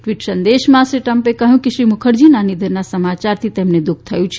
tweet સંદેશામાં શ્રી ટ્રમ્પે કહયું કે શ્રી મુખર્જીના નિધનના સમયારથી તેમને દુઃખ થયું છે